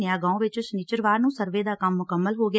ਨਵਾਗਾਉਂ ਵਿਚ ਸਨਿਚਰਵਾਰ ਨੂੰ ਸਰਵੇ ਦਾ ਕੰਮ ਮੁਕੰਮਲ ਹੋ ਗਿਆ